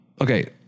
Okay